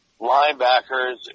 linebackers